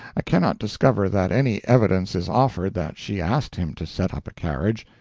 i cannot discover that any evidence is offered that she asked him to set up a carriage.